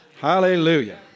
Hallelujah